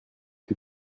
die